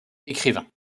écrivains